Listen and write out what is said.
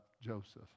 Joseph